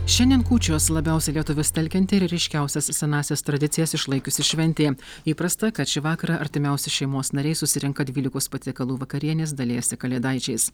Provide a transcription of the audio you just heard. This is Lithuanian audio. šiandien kūčios labiausiai lietuvius telkianti ir ryškiausias senąsias tradicijas išlaikiusi šventė įprasta kad šį vakarą artimiausi šeimos nariai susirenka dvylikos patiekalų vakarienės dalijasi kalėdaičiais